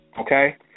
okay